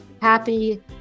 happy